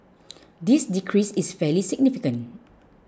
this decrease is fairly significant